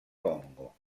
congo